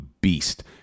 beast